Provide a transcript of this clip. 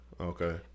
okay